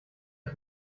das